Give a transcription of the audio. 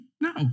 no